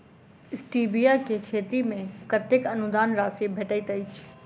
Stevia केँ खेती मे कतेक अनुदान राशि भेटैत अछि?